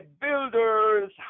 builders